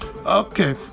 okay